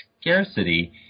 scarcity